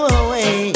away